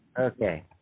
Okay